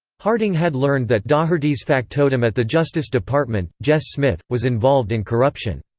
harding had learned that daugherty's factotum at the justice department, jess smith, was involved in corruption.